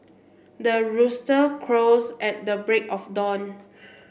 the rooster crows at the break of dawn